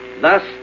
Thus